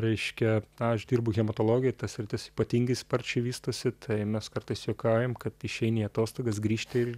reiškia na aš dirbu hematologijoj ta sritis ypatingai sparčiai vystosi tai mes kartais juokaujam kad išeini į atostogas grįžti ir